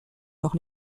noch